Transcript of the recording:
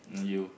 um you